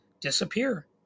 disappear